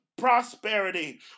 prosperity